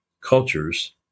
cultures